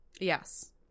Yes